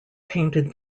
painted